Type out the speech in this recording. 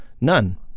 None